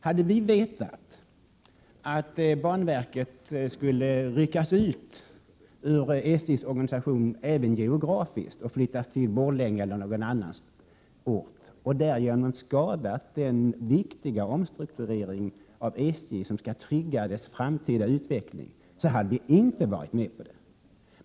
Hade vi vetat att banverket skulle ryckas ut ur SJ:s organisation även geografiskt och flyttas till Borlänge eller till någon annan ort och därigenom skada den viktiga omstrukturering av SJ som skall trygga dess framtida utveckling, hade vi inte gått med på detta.